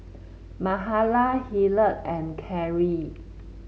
Mahala Hillard and Carry